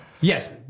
Yes